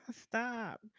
Stop